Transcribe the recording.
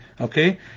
okay